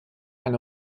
eine